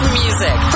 music